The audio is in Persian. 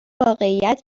واقعیت